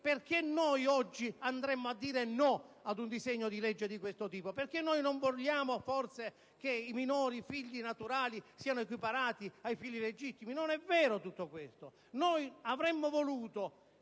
perché noi oggi diremo di no ad un disegno di legge di questo tipo. Non vogliamo forse che i figli naturali minori siano equiparati ai figli legittimi? Non è vero, tutto questo. Noi avremmo voluto